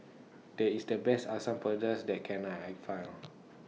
This IS The Best Asam Pedas that Can I I Find